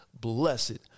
Blessed